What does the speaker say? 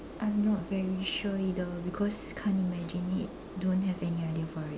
I'm not very sure either because can't imagine it don't have any idea for it